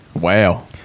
Wow